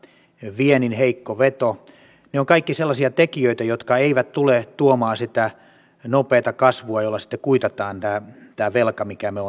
viennin heikko veto ne ovat kaikki sellaisia tekijöitä jotka eivät tule tuomaan sitä nopeata kasvua jolla sitten kuitataan tämä velka minkä me